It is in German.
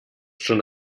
schon